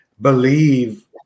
believe